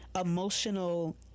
emotional